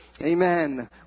Amen